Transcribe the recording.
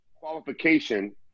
qualification